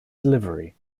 delivery